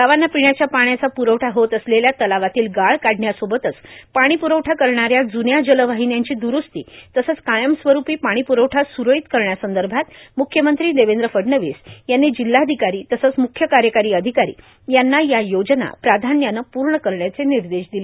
गावांना पिण्याच्या पाण्याचा प्रवठा होत असलेल्या तलावातील गाळ काढण्यासोबतच पाणीप्रवठा करणाऱ्या जून्या जलवाहिन्यांची द्रुस्ती तसंच कायमस्वरुपी पाणीप्रवठा स्रळीत करण्यासंदर्भात म्ख्यमंत्री देवेंद्र फडणवीस यांनी जिल्हाधिकारी तसंच म्ख्य कार्यकारी अधिकारी यांना या योजना प्राधान्यानं पूर्ण करण्याचे निर्देश दिले